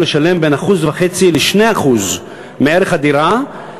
הצעת החוק הזו מועלית על-ידי זו הפעם הרביעית בכנסת בתקווה שהפעם,